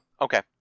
Okay